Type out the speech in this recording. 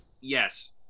Yes